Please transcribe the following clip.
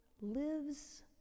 lives